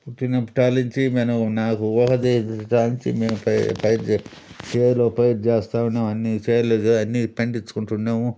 పుట్టినప్పటాలించి మనం నాకు ఊహ తెలిసినప్పటి నుంచి చేలో పైరు చేస్తా ఉన్నాము అన్నీ పండించుకుంటూ ఉన్నాము